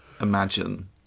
imagine